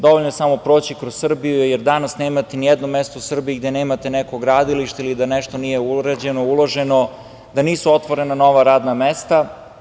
Dovoljno je samo proći kroz Srbiju, jer danas nemate ni jedno mesto u Srbiji gde nemate neko gradilište ili da nešto nije urađeno, uloženo, da nisu otvorena nova radna mesta.